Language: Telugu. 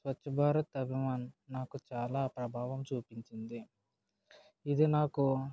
స్వచ్ఛభారత్ అభిమాన్ నాకు చాలా ప్రభావం చూపించింది ఇది నాకు